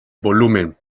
volumen